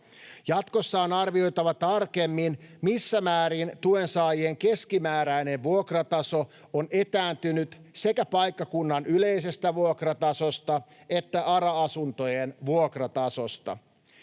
Jatkossa on arvioitava tarkemmin, missä määrin tuensaajien keskimääräinen vuokrataso on etääntynyt sekä paikkakunnan yleisestä vuokratasosta että ARA-asuntojen vuokratasosta.